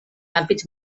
ampits